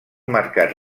mercat